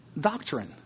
doctrine